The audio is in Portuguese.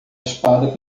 espada